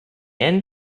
end